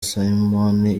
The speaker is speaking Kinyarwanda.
simoni